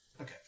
Okay